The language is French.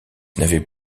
n’avait